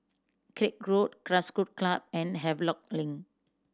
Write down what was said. Craig Road Grassroot Club and Havelock Link